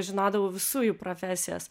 žinodavau visų jų profesijas